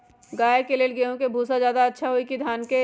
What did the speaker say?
गाय के ले गेंहू के भूसा ज्यादा अच्छा होई की धान के?